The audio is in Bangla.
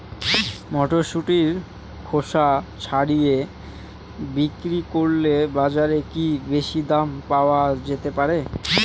মটরশুটির খোসা ছাড়িয়ে বিক্রি করলে বাজারে কী বেশী দাম পাওয়া যেতে পারে?